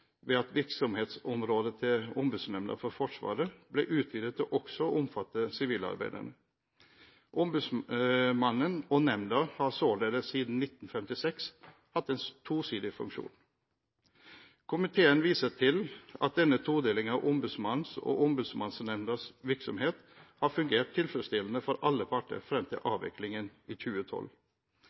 ved at virksomhetsområdet til Ombudsnemnda for Forsvaret ble utvidet til også å omfatte sivilarbeiderne. Ombudsmannen og nemnda har således siden 1956 hatt en tosidig funksjon. Komiteen viser til at denne todelingen av Ombudsmannens og Ombudsmannsnemndas virksomhet har fungert tilfredsstillende for alle parter frem til avviklingen i 2012.